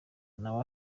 nawe